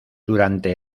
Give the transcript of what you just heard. durante